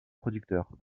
producteur